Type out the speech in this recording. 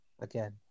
Again